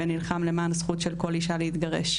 ונלחם למען הזכות של כל אישה להתגרש.